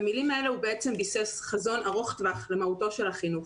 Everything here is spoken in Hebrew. במילים האלה הוא בעצם ביסס חזון ארוך טווח למהותו של החינוך,